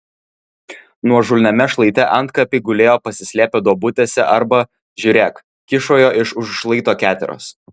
nuožulniame šlaite antkapiai gulėjo pasislėpę duobutėse arba žiūrėk kyšojo iš už šlaito keteros